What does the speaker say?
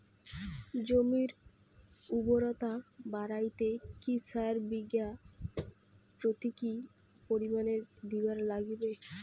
জমির উর্বরতা বাড়াইতে কি সার বিঘা প্রতি কি পরিমাণে দিবার লাগবে?